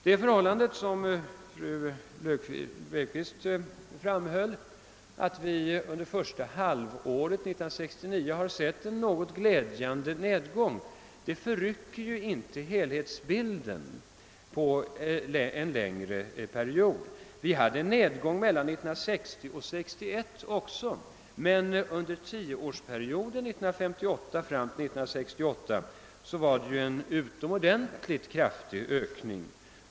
Det förhållandet som fru Löfqvist pekade på, nämligen att vi under första halvåret 1969 sett en viss glädjande nedgång, förändrar inte helhetsbilden för en längre period. Vi hade en nedgång mellan åren 1960 och 1961 också, men under tioårsperioden 1958—1968 var det en utomordentligt kraftig ökning.